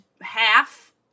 half